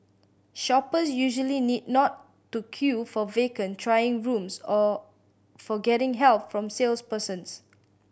shoppers usually need not to queue for vacant trying rooms or for getting help from salespersons